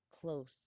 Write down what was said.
close